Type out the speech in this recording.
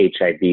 HIV